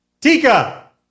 tika